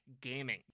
gaming